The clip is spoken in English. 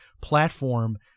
platform